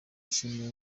nshimiye